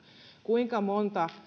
kuinka monta